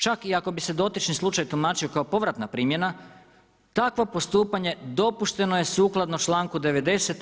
Čak i ako bi se dotični slučaj tumačio kao povratna primjena takvo postupanje dopušteno je sukladno članku 90.